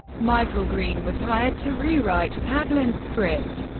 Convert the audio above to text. michael green was hired to rewrite paglen's script.